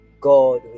God